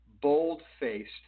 bold-faced